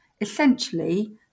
Essentially